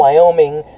Wyoming